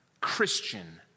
Christian